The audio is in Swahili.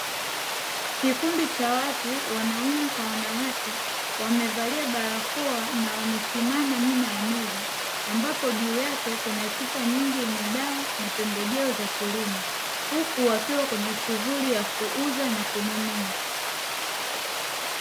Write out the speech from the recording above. Kikundi cha watu wanaume kwa wanawake wamevalia barakoa na wamesimama nyuma ya meza, ambapo juu yake kuna chupa nyingi zenye dawa na pembejeo za kilimo, huku wakiwa kwenye shughuli ya kuuza na kununua.